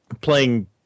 playing